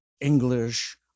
English